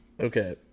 Okay